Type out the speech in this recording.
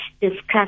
discuss